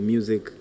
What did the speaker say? Music